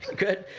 good.